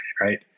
right